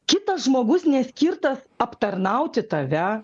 kitas žmogus neskirtas aptarnauti tave